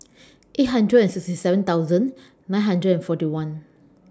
eight hundred sixty seven thousand nine hundred and forty one